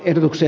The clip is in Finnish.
ehdoksi